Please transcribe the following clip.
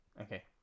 Okay